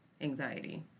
anxiety